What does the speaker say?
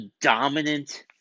dominant